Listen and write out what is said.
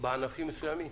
בענפים מסוימים?